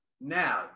Now